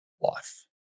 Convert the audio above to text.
life